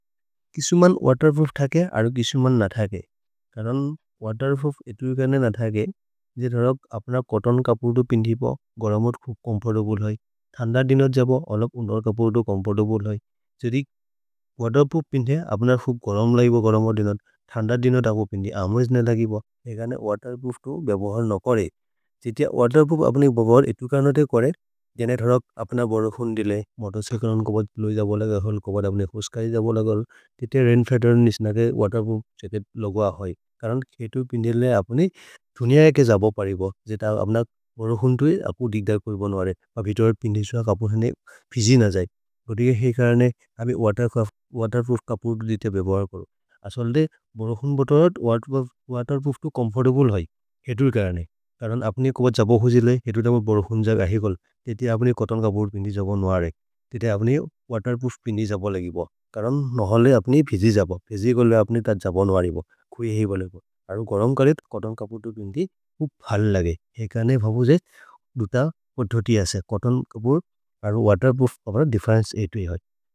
किशु मन् waterproof थके अरु किशु मन् न थके करन् वतेर् प्रूफ् एतु कर्ने न थके। जे धरक् अप्न चोत्तोन् कपुर् तो पिन्थि प गरमोद् खुब् चोम्फोर्तब्ले है। थन्दर् दिनर् जब अलप् उन्हर् कपुर् तो चोम्फोर्तब्ले है। छ्हेति वतेर् प्रूफ् पिन्थे अप्न खुब् गरम् लगिब गरमोद् दिनर् थन्दर् दिनर् दबो पिन्थि। अमोज् न लगिब एगने वतेर् प्रूफ् तो बेबहर् न करे छेतिय। वतेर् प्रूफ् अप्नि बेबहर् एतु कर्ने ते करे जने। धरक् अप्न बरोहुन् देले मोतोर् च्य्च्ले कपद् लोजि द बोलगल् कपद् अप्ने खुस्करि द बोलगल्। तेते रैन् फिघ्तेर् निश्नके वतेर् प्रूफ् छेते। लोग है करन् एतु पिन्थेले अप्ने धुनिअ एके जब परिब। जेत अप्न बरोहुन् तो अपु दिग्द कर्बोन् वरे पपितोरे पिन्थे सोह कपुर् हने। फिजि न जये गोतिके हेइ कर्ने अप्ने वतेर् प्रूफ् कपुर् तो दिते बेबहर् करो असल्दे। बरोहुन् बत वतेर् प्रूफ् तो चोम्फोर्तब्ले है। एतु कर्ने करन् अप्ने कपद् जब होजिले एतु दमर् बरोहुन्। जग अहिकोल् तेते अप्ने चोत्तोन् कपुर् पिन्ति जबन् वरे तेते अप्ने वतेर् प्रूफ् पिन्ति जब। लगिब करन् नहल्ने अप्ने फिजि जब फिजि कोले अप्ने जबन् वरे खुइ हेइ बोलेगो अरु गरम्। करेत् चोत्तोन् कपुर् तो पिन्ति फल् लगे एकने भबु जे दुत पधोति। असे चोत्तोन् कपुर् अरु वतेर् प्रूफ् अप्न दिफ्फेरेन्चे एतु है।